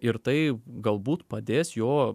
ir tai galbūt padės jo